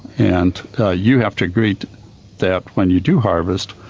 and ah you have to agree that when you do harvest,